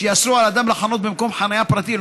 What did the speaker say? כן, השחורה.